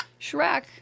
Shrek